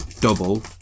double